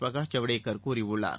பிரகாஷ் ஜவடேகர் கூறியுள்ளார்